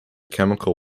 chemical